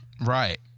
right